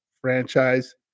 franchise